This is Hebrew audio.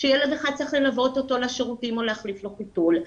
שצריך ללוות ילד אחד לשירותים או להחליף לו טיטול,